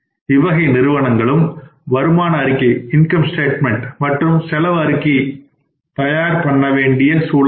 இவ்வகை நிறுவனங்களுக்கும் வருமான அறிக்கை மற்றும் செலவு அறிக்கையை தயார் பண்ண வேண்டிய சூழல் வரும்